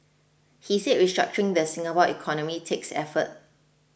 he said restructuring the Singapore economy takes effort